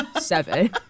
seven